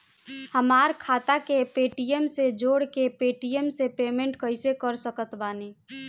हमार खाता के पेटीएम से जोड़ के पेटीएम से पेमेंट कइसे कर सकत बानी?